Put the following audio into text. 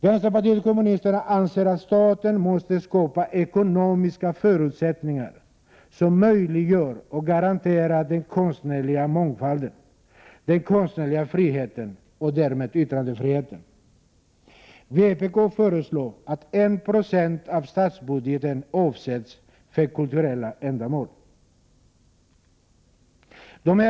Vänsterpartiet kommunisterna anser vidare att staten måste skapa ekonomiska förutsättningar som möjliggör och garanterar den konstnärliga mångfalden, den konstnärliga friheten och därmed yttrandefriheten. Vpk föreslår att 1 20 av statsbudgeten avsätts för kulturella ändamål.